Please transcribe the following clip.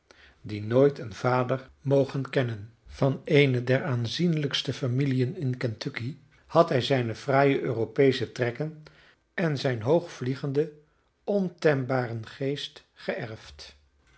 die nooit een vader mogen kennen van eene der aanzienlijkste familiën in kentucky had hij zijne fraaie europeesche trekken en zijn hoogvliegenden ontembaren geest geërfd